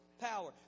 power